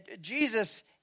Jesus